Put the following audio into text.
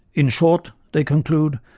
in short, they conclude,